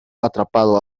atrapado